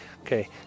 Okay